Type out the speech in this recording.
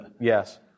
Yes